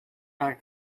pack